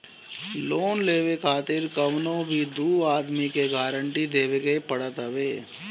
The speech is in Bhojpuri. लोन लेवे खातिर कवनो भी दू आदमी के गारंटी देवे के पड़त हवे